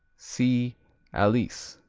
see alise.